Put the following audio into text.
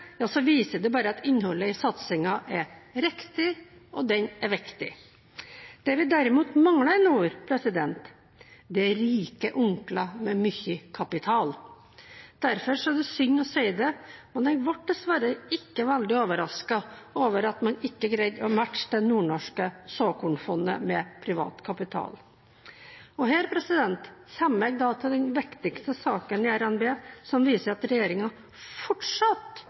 viser det bare at innholdet i satsingen er riktig – og den er viktig. Det vi derimot mangler i nord, er rike onkler med mye kapital. Derfor er det synd å si det, men jeg ble dessverre ikke veldig overrasket over at man ikke greide å matche det nordnorske såkornfondet med privat kapital. Og her kommer jeg til den viktigste saken i RNB som viser at